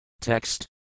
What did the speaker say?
Text